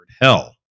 hell